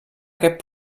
aquest